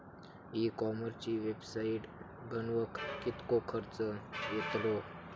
E कॉमर्सची website बनवक किततो खर्च येतलो?